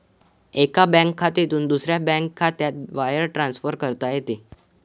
एका बँक खात्यातून दुसऱ्या बँक खात्यात वायर ट्रान्सफर करता येते